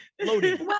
loaded